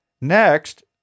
Next